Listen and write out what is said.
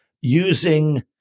using